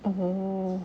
oh